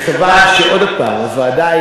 בוודאי